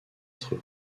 être